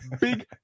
Big